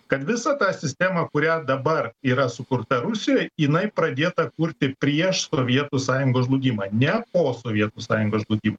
kad visą tą sistemą kurią dabar yra sukurta rusijoj jinai pradėta kurti prieš sovietų sąjungos žlugimą ne po sovietų sąjungos žlugimo